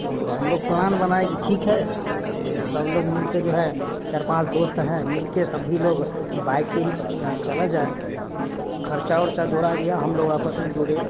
तो हम लोग प्लान बनाए की ठीक है से सब लोग मिलके जो है चार पाँच दोस्त हैं मिलके सभी लोग बाइक से ही चला जाए तो खर्चा वर्चा जोड़ा गया हम लोग आपस में जोड़े